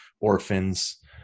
orphans